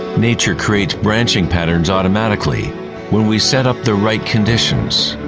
nature creates branching patterns automatically when we set up the right conditions.